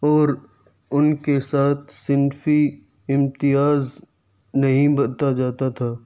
اور ان کے ساتھ صنفی امتیاز نہیں برتا جاتا تھا